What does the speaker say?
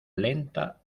lenta